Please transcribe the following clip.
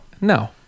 No